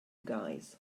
guys